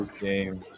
game